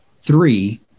Three